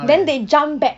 then they jump back